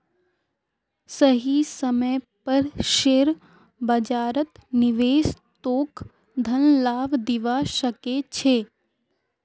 सही समय पर शेयर बाजारत निवेश तोक धन लाभ दिवा सके छे